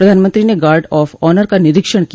प्रधानमंत्री ने guard of honour का निरीक्षण किया